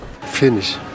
Finish